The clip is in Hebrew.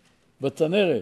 בבקשה,